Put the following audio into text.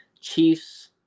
Chiefs